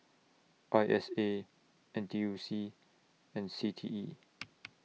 I S A N T U C and C T E